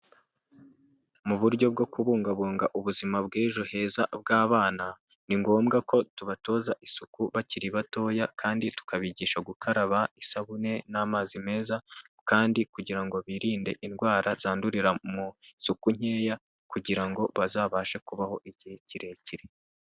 Mu buryo bwo kubungabunga ubuzima bw'ejo heza bw'abana, ni ngombwa ko tubatoza isuku bakiri batoya kandi tukabigisha gukaraba isabune n'amazi meza, kandi kugira ngo birinde indwara zandurira mu isuku nkeya, kugira ngo bazabashe kubaho igihe kirekire.